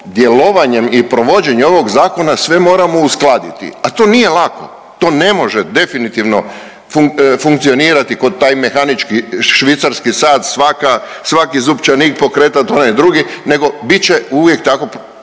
djelovanjem i provođenje ovog zakona sve moramo uskladiti, a to nije lako. To ne može definitivno funkcionirati ko taj mehanički švicarski sat, svaki zupčanik pokretat onaj drugi nego bit će uvijek tako